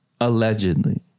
allegedly